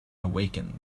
awaken